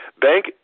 Bank